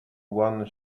guan